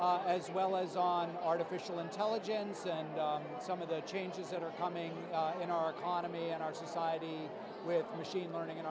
as well as on artificial intelligence and some of the changes that are coming in our economy and our society with machine learning a